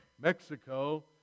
Mexico